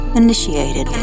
initiated